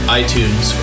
iTunes